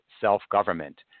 self-government